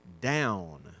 down